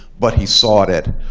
but he sought it.